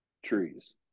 trees